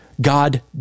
God